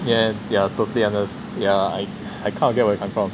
yeah yeah totally unders~ yeah I I kind of get where you come from